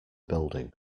building